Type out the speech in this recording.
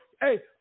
Hey